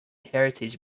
heritage